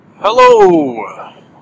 Hello